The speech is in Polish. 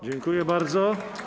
Dziękuję bardzo.